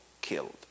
killed